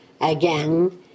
again